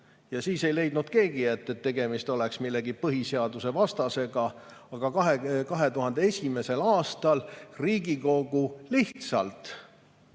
Ja siis ei leidnud keegi, et tegemist on millegi põhiseadusevastasega. Aga 2001. aastal Riigikogu lihtsalt